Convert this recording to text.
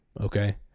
Okay